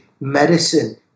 medicine